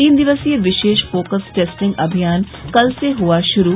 तीन दिवसीय विशेष फोकस टेस्टिंग अभियान कल से हुआ शुरू